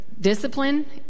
discipline